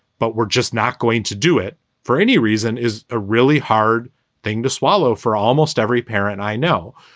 but we're just not going to do it for any reason is a really hard thing to swallow for almost every parent i know.